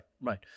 right